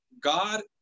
God